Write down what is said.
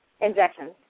Injections